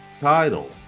title